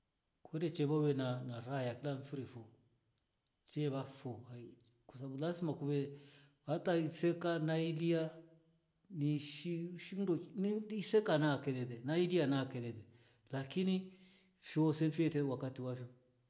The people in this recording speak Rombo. Kure chevo uwe na- navayata kula mfirifu tchewafu hai uche, kwasabu lazima kuwe wata iseka na ilia ni shi shindo nimli shoka na tweveve na ijia nakelele lakini fyuuse mfyeta wakati wavyo